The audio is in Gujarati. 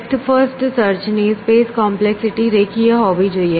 ડેપ્થ ફર્સ્ટ સર્ચ ની સ્પેસ કોમ્પ્લેક્સિટી રેખીય હોવી જોઈએ